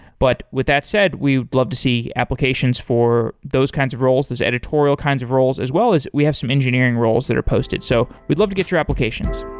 but with that said, we would love to see applications for those kinds of roles, those editorial kinds of roles as well as we have some engineering roles that are posted. so we'd love to get your applications.